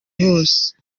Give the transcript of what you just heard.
hose